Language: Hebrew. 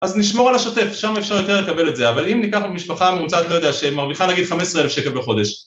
‫אז נשמור על השוטף, ‫שם אפשר יותר לקבל את זה, ‫אבל אם ניקח את המשפחה הממוצעת, ‫לא יודע, ‫שמרוויחה נגיד 15 אלף שקל בחודש.